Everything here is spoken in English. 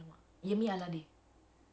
mm